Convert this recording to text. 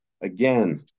again